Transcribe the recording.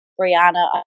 Brianna